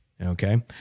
Okay